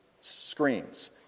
screens